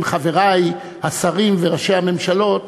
עם חברי השרים וראשי הממשלות,